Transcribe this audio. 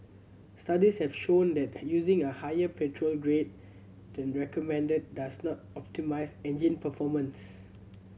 studies have shown that using a higher petrol grade than recommended does not optimise engine performance